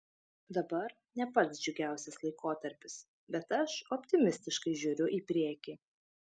dabar ne pats džiugiausias laikotarpis bet aš optimistiškai žiūriu į priekį